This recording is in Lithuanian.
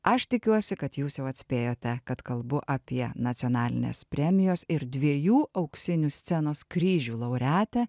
aš tikiuosi kad jūs jau atspėjote kad kalbu apie nacionalinės premijos ir dviejų auksinių scenos kryžių laureatę